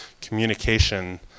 communication